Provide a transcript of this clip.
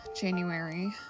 January